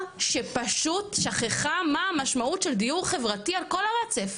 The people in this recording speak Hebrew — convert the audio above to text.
שפשוט שכחה מה המשמעות של דיור חברתי על כל הרצף,